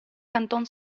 canton